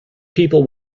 people